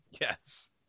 Yes